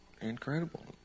Incredible